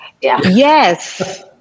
Yes